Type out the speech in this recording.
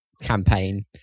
campaign